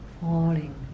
falling